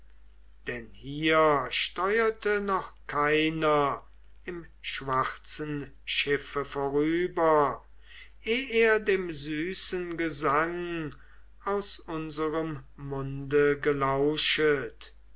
denn hier steurte noch keiner im schwarzen schiffe vorüber eh er dem süßen gesang aus unserem munde gelauschet